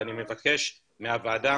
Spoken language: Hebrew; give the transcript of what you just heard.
ואני מבקש מהוועדה